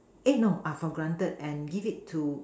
eh no are for granted and give it to